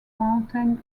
mountain